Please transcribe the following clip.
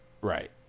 Right